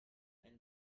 and